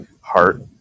heart